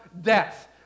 death